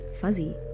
fuzzy